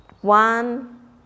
one